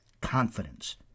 confidence